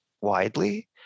widely